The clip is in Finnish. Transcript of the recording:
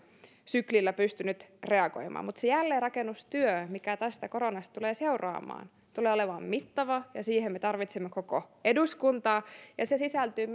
syklillä pystynyt reagoimaan mutta se jälleenrakennustyö mikä tästä koronasta tulee seuraamaan tulee olemaan mittava ja siihen me tarvitsemme koko eduskuntaa ja se sisältyy